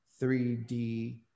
3D